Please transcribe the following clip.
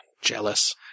Jealous